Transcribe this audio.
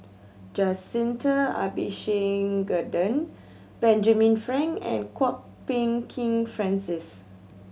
Jacintha Abisheganaden Benjamin Frank and Kwok Peng Kin Francis